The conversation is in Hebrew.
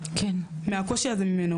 מהקושי הזה,